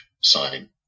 sign